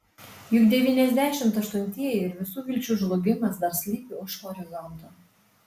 juk devyniasdešimt aštuntieji ir visų vilčių žlugimas dar slypi už horizonto